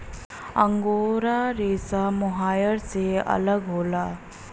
angora रेसा mohair से अलग होला